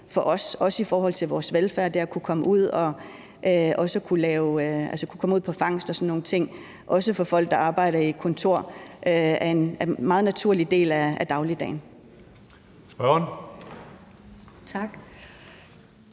for os også i forhold til vores velfærd og det at kunne komme ud på fangst og sådan nogle ting og også for folk, der arbejder på et kontor, er en meget naturlig del af dagligdagen.